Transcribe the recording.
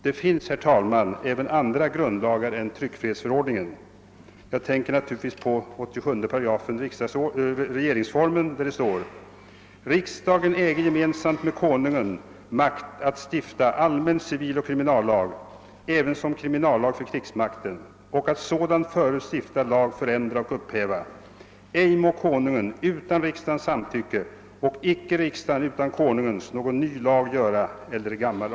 Det finns, herr talman, även andra grundlagar än tryckfrihetsförordningen; jag tänker naåturligtvis på 87 § regeringsformen, där det står: »Riksdagen äge gemensamt med Konungen makt att stifta allmän civiloch kriminallag ävensom kriminallag för krigsmakten och att sådan förut stiftad lag förändra och upphäva. Ej må Konungen utan riksdagens samtycke, och icke riksdagen utan Konungens, någon ny lag göra eller gammal.